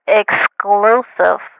exclusive